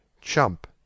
Chump